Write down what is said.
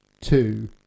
two